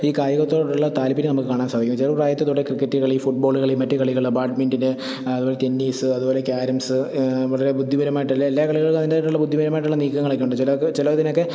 ഈ കായികത്തോടുള്ള താല്പര്യം നമുക്ക് കാണാൻ സാധിക്കുന്നു ചെറു പ്രായത്തിൽ തൊട്ടെ ക്രിക്കറ്റ് കളി ഫുട് ബോൾ കളി മറ്റു കളികൾ ബാഡ്മിന്റന് അതുപോലെ ടെന്നീസ് അതു പോലെ ക്യാരംസ് വളരെ ബുദ്ധിപരമായിട്ടല്ലെ എല്ലാ കളികളുമതിന്റേതായിട്ടുള്ള ബുദ്ധിപരമായിട്ടുള്ള നീക്കങ്ങളൊക്കെയുണ്ട് ചിലര്ക്ക് ചില ഇതിനൊക്കെ